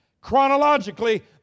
Chronologically